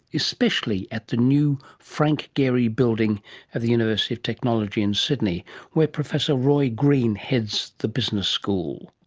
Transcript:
especially at the new frank gehry building at the university of technology in sydney where professor roy green heads the business school.